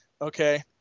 Okay